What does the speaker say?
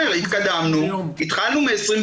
התקדמנו, התחלנו מ-27.